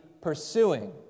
pursuing